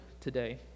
today